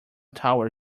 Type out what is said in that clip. tower